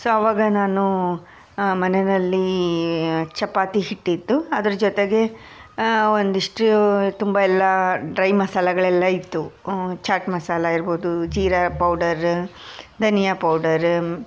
so ಆವಾಗ ನಾನು ಮನೆಯಲ್ಲಿ ಚಪಾತಿ ಹಿಟ್ಟಿತ್ತು ಅದ್ರ ಜೊತೆಗೆ ಒಂದಿಷ್ಟು ತುಂಬ ಎಲ್ಲ ಡ್ರೈ ಮಸಾಲೆಗಳೆಲ್ಲ ಇತ್ತು ಚಾಟ್ ಮಸಾಲೆ ಇರ್ಬೌದು ಜೀರಾ ಪೌಡರ ಧನಿಯಾ ಪೌಡರ